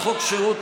חברת הכנסת גולן.